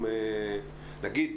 נגיד,